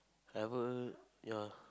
never ya